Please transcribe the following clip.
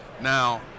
Now